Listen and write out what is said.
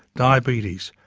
diabetes,